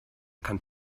kann